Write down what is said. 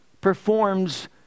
Performs